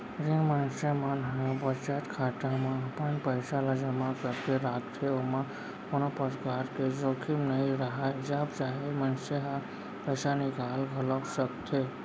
जेन मनसे मन ह बचत खाता म अपन पइसा ल जमा करके राखथे ओमा कोनो परकार के जोखिम नइ राहय जब चाहे मनसे ह पइसा निकाल घलौक सकथे